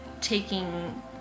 taking